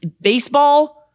baseball